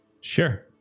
Sure